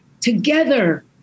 together